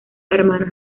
hermanos